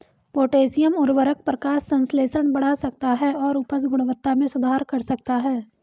potassium उवर्रक प्रकाश संश्लेषण बढ़ा सकता है और उपज गुणवत्ता में सुधार कर सकता है